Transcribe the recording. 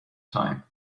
time